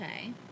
okay